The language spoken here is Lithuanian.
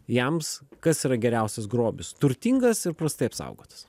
jams kas yra geriausias grobis turtingas ir prastai apsaugotas